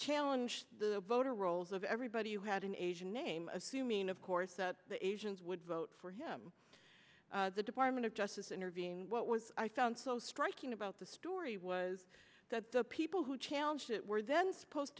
challenge the voter rolls of everybody who had an asian name assuming of course the asians would vote for him the department of justice intervened what was i found so striking about the story was that the people who challenged it were then supposed